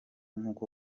nk’uko